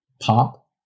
pop